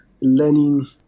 learning